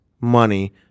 money